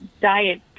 diet